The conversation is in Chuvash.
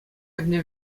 эрне